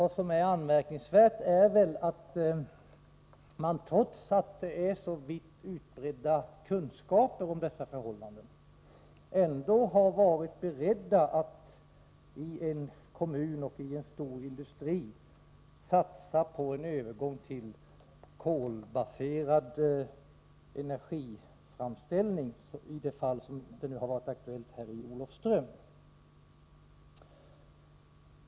Det anmärkningsvärda är att man, trots de vitt spridda kunskaperna om dessa förhållanden, i en kommun och i en stor industri ändå varit beredd att satsa på en övergång till kolbaserad energiframställning, vilket alltså varit aktuellt i Olofström.